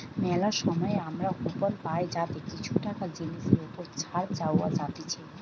মেলা সময় আমরা কুপন পাই যাতে কিছু টাকা জিনিসের ওপর ছাড় পাওয়া যাতিছে